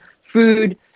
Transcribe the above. food